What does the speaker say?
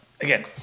again